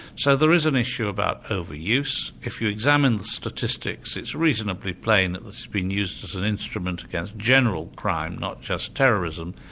so there is an issue about over-use. if you examine the statistics, it's reasonably plain that this is being used as an instrument against general crime, not just terrorism,